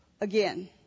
again